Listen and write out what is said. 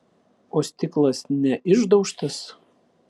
o stiklas neišdaužtas